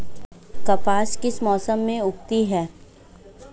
कपास किस मौसम में उगती है?